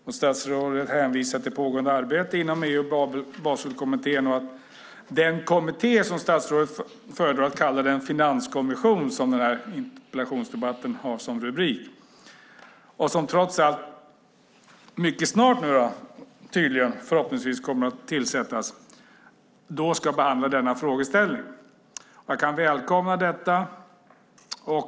Statsrådet hänvisar till pågående arbete inom EU och till Baselkommittén och att den kommitté, som statsrådet föredrar att kalla den - i rubriken på interpellationen står det finanskommission - som kommer att tillsättas mycket snart ska behandla denna frågeställning. Jag välkomnar det.